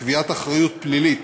קביעת אחריות פלילית